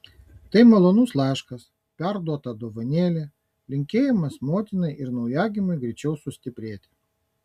tai malonus laiškas perduota dovanėlė linkėjimas motinai ir naujagimiui greičiau sustiprėti